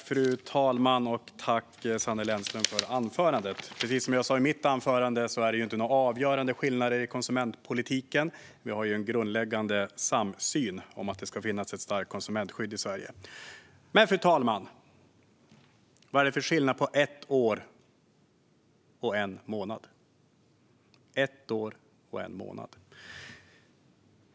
Fru talman! Tack, Sanne Lennström, för anförandet! Precis som jag sa i mitt anförande finns det inte några avgörande skillnader i konsumentpolitiken. Vi har en grundläggande samsyn om att det ska finnas ett starkt konsumentskydd i Sverige. Men, fru talman, vad är det för skillnad på ett år och en månad?